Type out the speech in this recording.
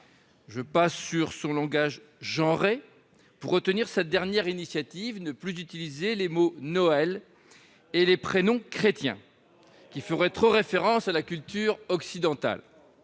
Je passe sur le langage non « genré » pour retenir sa dernière initiative : ne plus utiliser le mot « Noël » et les prénoms « chrétiens », qui feraient trop référence à la culture occidentale.